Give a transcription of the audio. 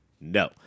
no